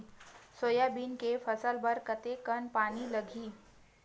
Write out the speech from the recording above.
Soybean के फसल बर कतेक कन पानी लगही?